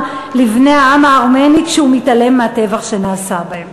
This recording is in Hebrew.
לבני העם הארמני כשהוא מתעלם מהטבח שנעשה בהם.